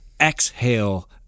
exhale